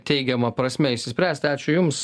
teigiama prasme išsispręsti ačiū jums